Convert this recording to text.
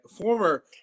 former